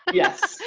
but yes, yeah